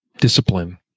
discipline